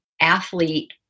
athlete